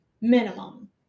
Minimum